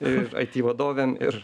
ir aiti vadovėm ir